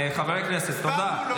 חברי הכנסת, תודה.